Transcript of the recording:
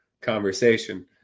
conversation